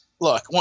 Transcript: Look